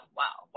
wow